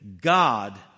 God